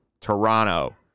Toronto